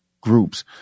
groups